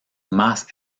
más